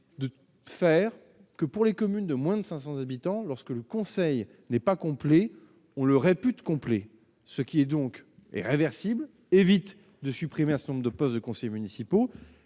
de faire que pour les communes de moins de 500 habitants lorsque le Conseil n'est pas complet, on leur est plus complet, ce qui est donc et réversible évite de supprimer un certain nombre de postes de conseillers municipaux